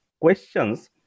questions